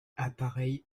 appareil